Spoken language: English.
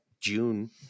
june